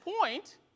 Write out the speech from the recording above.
point